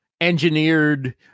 engineered